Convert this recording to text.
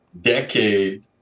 decade